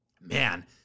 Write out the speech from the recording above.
man